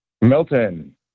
Milton